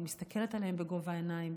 אני מסתכלת עליהם בגובה העיניים.